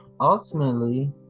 Ultimately